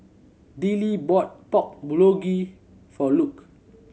Dillie bought Pork Bulgogi for Luke